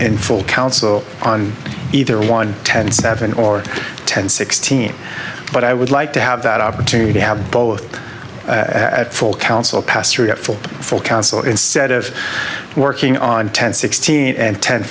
in full council on either one ten seven or ten sixteen but i would like to have that opportunity to have both at full council pass through a full full council instead of working on ten sixteen and ten